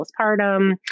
postpartum